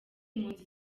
mpunzi